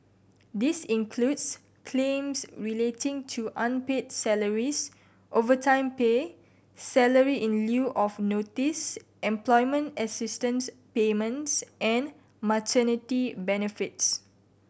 this includes claims relating to unpaid salaries overtime pay salary in lieu of notice employment assistance payments and maternity benefits